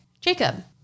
Jacob